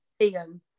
Ian